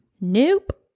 Nope